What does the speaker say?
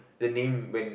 the name when